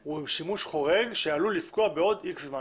הוא לשימוש חורג שעלול לפקוע בעוד איקס זמן.